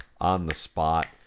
on-the-spot